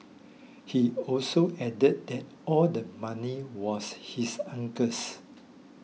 he also added that all the money was his uncle's